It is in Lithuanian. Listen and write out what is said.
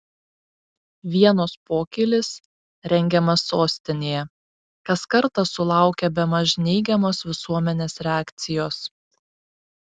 vienos pokylis rengiamas sostinėje kas kartą sulaukia bemaž neigiamos visuomenės reakcijos